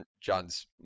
John's